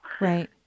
Right